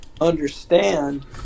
understand